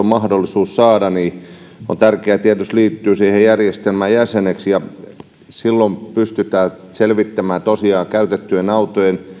mahdollisuus saada on tietysti tärkeää liittyä siihen järjestelmään jäseneksi silloin pystytään tosiaan selvittämään käytettyjen autojen